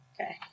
Okay